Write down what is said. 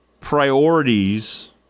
priorities